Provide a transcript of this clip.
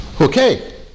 Okay